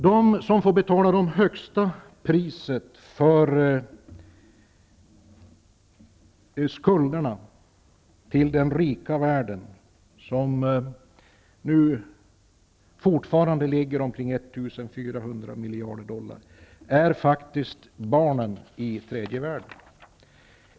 De som får betala det högsta priset för skulderna till den rika världen, som fortfarande är på ca 1 400 miljarder dollar, är barnen i tredje världen.